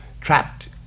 trapped